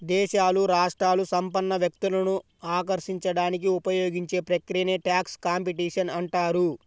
దేశాలు, రాష్ట్రాలు సంపన్న వ్యక్తులను ఆకర్షించడానికి ఉపయోగించే ప్రక్రియనే ట్యాక్స్ కాంపిటీషన్ అంటారు